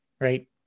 right